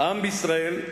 העם בישראל,